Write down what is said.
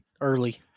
early